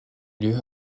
lieu